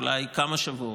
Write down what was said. אולי כמה שבועות,